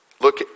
Look